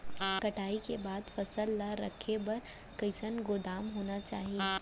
कटाई के बाद फसल ला रखे बर कईसन गोदाम होना चाही?